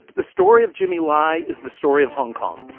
the story of jimmy lai is the story of hong kong.